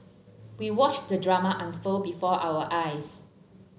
we watched the drama unfold before our eyes